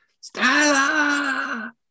Stella